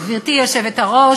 גברתי היושבת-ראש,